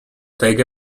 take